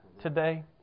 today